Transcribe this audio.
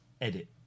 edit